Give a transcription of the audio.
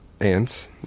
ants